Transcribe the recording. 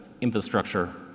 infrastructure